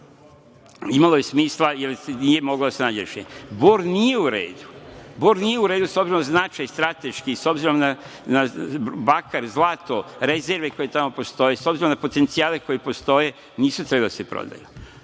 imalo je smisla jer nije moglo da se nađe rešenje. „Bor“ nije u redu, s obzirom na značaj strateški, s obzirom na bakar, zlato, rezerve koje tamo postoje i s obzirom na potencijale koji postoje nisu trebali da se prodaju.